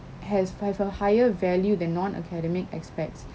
has have a higher value than non academic aspects